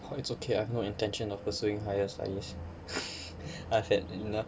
oh it's okay I have no intention of pursuing higher studies I've had enough